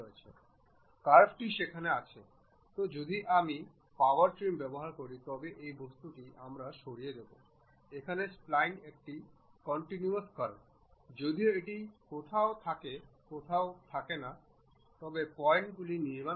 এখন আপনি দুটি উপাদানকে এমনভাবে অ্যাসেম্বলড করতে পারেন যে এই স্লট সারফেস টি এই সিলিন্ড্রিক্যাল সারফেসের ট্যাংগেন্ট হিসাবে দেখায়